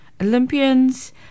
Olympians